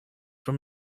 from